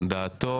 דעתו